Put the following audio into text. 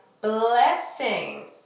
blessing